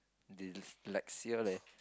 Dyslexia leh